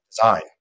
design